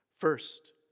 First